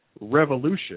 revolution